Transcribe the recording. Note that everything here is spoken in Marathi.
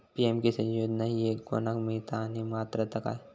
पी.एम किसान योजना ही कोणाक मिळता आणि पात्रता काय?